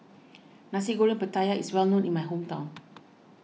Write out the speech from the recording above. Nasi Goreng Pattaya is well known in my hometown